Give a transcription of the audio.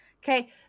Okay